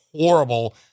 horrible